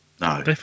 No